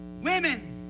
women